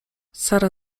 sara